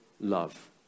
love